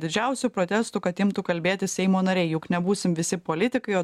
didžiausių protestų kad imtų kalbėti seimo nariai juk nebūsim visi politikai o